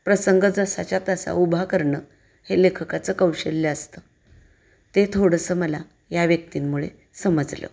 प्रसंग जसाच्या तसा उभा करणं हे लेखकाचं कौशल्य असतं ते थोडंसं मला या व्यक्तींमुळे समजलं